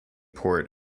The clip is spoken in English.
port